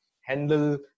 Handle